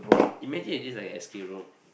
imagine this is like an escape room